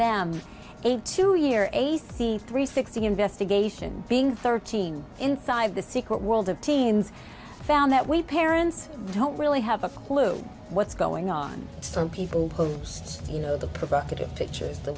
them a two year a c three sixty investigation being thirteen inside the secret world of teens found that we parents don't really have a clue what's going on from people who just say you know the provocative pictures the